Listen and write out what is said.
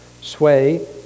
sway